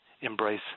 embrace